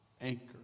anchor